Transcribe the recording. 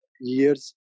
years